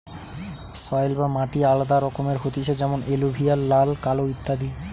soil বা মাটি আলাদা রকমের হতিছে যেমন এলুভিয়াল, লাল, কালো ইত্যাদি